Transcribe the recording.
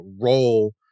role